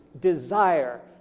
desire